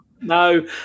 No